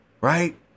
right